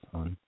on